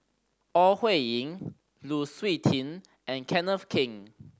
Ore Huiying Lu Suitin and Kenneth Keng